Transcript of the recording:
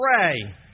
pray